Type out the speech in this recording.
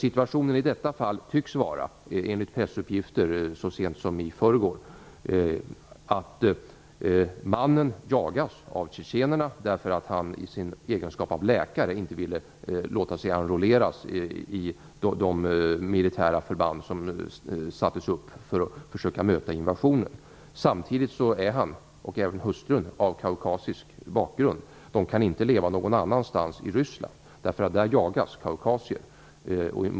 Enligt pressuppgifter så sent som i förrgår tycks situationen i detta fall vara att mannen jagas av tjetjenerna därför att han i sin egenskap av läkare inte ville låta sig enrolleras i de militära förband som sattes upp för att försöka möta invasionen. Samtidigt har både han och hustrun kaukasisk bakgrund. De kan inte leva någon annanstans i Ryssland - där jagas kaukasier.